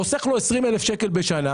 וחוסך לו כ-20,000 ₪ בשנה.